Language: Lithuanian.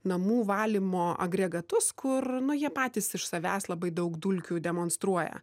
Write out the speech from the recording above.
namų valymo agregatus kur nu jie patys iš savęs labai daug dulkių demonstruoja